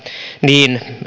niin